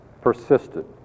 persisted